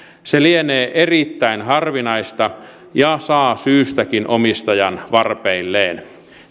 se lienee erittäin harvinaista ja saa syystäkin omistajan varpeilleen